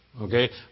Okay